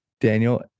Daniel